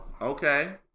okay